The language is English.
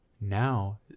Now